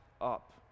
up